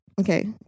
Okay